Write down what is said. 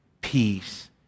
peace